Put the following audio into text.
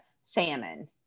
salmon